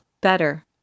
better